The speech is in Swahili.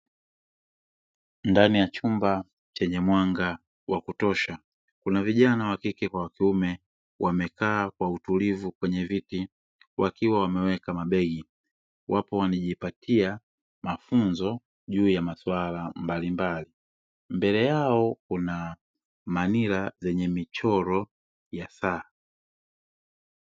Ndani ya chumba chenye mwanga wa kutosha kuna vijana wa kike kwa kiume wamekaa kwa utulivu kwenye viti wakiwa wameweka mabegi wapo wanijipatia mafunzo juu ya masuala mbalimbali, mbele yao kuna manila zenye michoro ya saa.